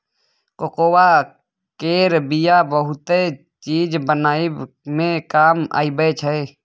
cocoa केर बिया बहुते चीज बनाबइ मे काज आबइ छै